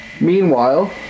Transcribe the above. Meanwhile